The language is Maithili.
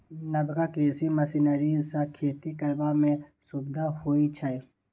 नबका कृषि मशीनरी सँ खेती करबा मे सुभिता होइ छै